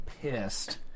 pissed